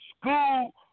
school